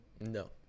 No